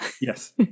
Yes